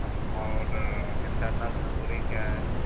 اور internal memory کیا ہے